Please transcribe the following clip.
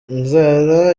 inzara